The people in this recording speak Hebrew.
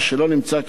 שלא נמצא כאן,